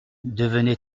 devenait